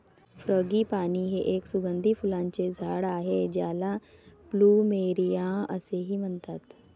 frangipani हे एक सुगंधी फुलांचे झाड आहे ज्याला प्लुमेरिया असेही म्हणतात